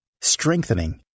strengthening